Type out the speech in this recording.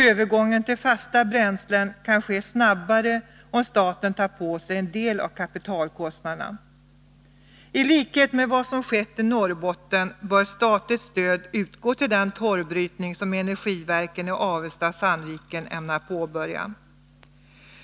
Övergången till fasta bränslen kan ske snabbare, om staten tar på sig en del av kapitalkostnaderna. I likhet med vad som skett i Norrbotten bör statligt stöd utgå till den torvbrytning som energiverken i Avesta och Sandviken ämnar påbörja.